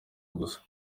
gusa